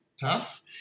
tough